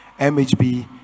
MHB